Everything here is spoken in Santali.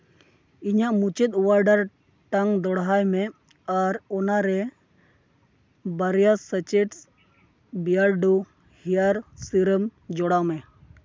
ᱤᱧᱟᱹᱜ ᱢᱩᱪᱟᱹᱫ ᱚᱰᱟᱨ ᱴᱟᱝ ᱫᱚᱦᱲᱟᱭ ᱢᱮ ᱟᱨ ᱚᱱᱟᱨᱮ ᱵᱟᱨᱭᱟ ᱥᱟᱪᱮᱰᱥ ᱵᱮᱭᱟᱨᱰᱳ ᱦᱮᱭᱟᱨ ᱥᱤᱨᱟᱹᱢ ᱡᱚᱲᱟᱣ ᱢᱮ